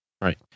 right